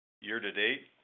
Year-to-date